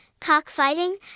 cockfighting